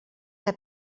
que